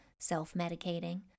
Self-medicating